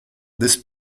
this